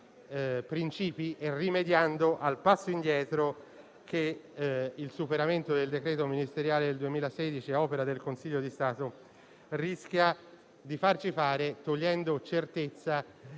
principi e rimediando al passo indietro che il superamento del decreto ministeriale del 2016, ad opera del Consiglio di Stato, rischia di farci fare togliendo certezza